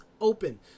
open